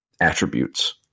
attributes